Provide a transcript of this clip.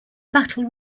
battle